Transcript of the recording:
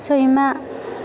सैमा